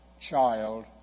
child